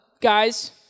guys